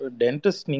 dentist